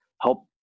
help